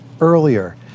earlier